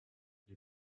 les